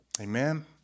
Amen